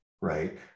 right